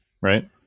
right